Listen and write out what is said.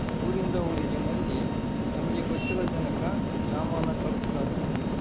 ಊರಿಂದ ಊರಿಗೆ ಮಂದಿ ತಮಗೆ ಗೊತ್ತಿರೊ ಜನಕ್ಕ ಸಾಮನ ಕಳ್ಸ್ತರ್